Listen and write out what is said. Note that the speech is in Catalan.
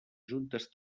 juntes